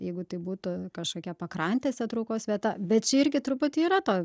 jeigu tai būtų kažkokia pakrantėse traukos vieta bet čia irgi truputį yra to